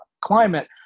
climate